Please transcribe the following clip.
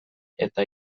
eta